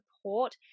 support